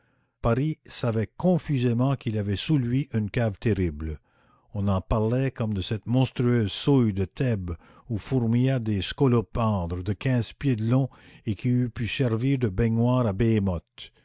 paris savait confusément qu'il avait sous lui une cave terrible on en parlait comme de cette monstrueuse souille de thèbes où fourmillaient des scolopendres de quinze pieds de long et qui eût pu servir de baignoire à